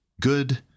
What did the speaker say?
good